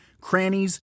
crannies